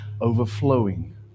overflowing